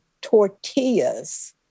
tortillas